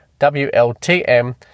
WLTM